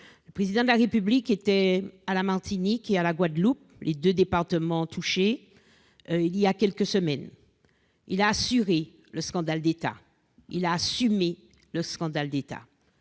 Le Président de la République s'est rendu à la Martinique et à la Guadeloupe- les deux départements touchés -voilà quelques semaines. Il a assuré le scandale d'État, il a assumé le scandale d'État.